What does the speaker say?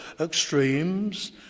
extremes